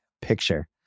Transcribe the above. Picture